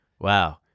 Wow